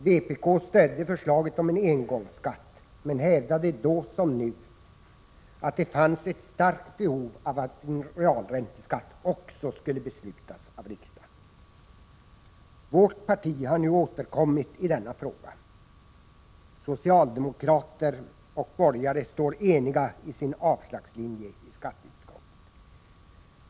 Vpk stödde förslaget om en engångsskatt men hävdade då som nu att det finns ett starkt behov av att en realränteskatt skall beslutas av riksdagen. Vårt parti har nu återkommit i denna fråga. Socialdemokrater och borgare står eniga i sin avslagslinje i skatteutskottet.